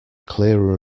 clearer